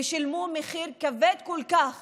שילמו מחיר כבד כל כך